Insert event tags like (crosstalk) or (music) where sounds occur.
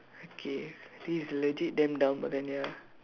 okay this is legit damn dumb but then ya (noise)